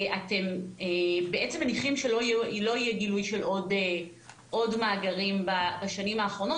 אתם בעצם מניחים שלא יהיה גילוי של עוד מאגרים בשנים האחרונות,